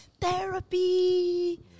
therapy